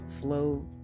flow